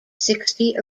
sixty